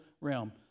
realm